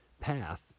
path